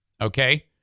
Okay